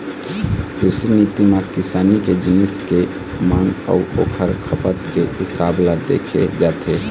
कृषि नीति म किसानी के जिनिस के मांग अउ ओखर खपत के हिसाब ल देखे जाथे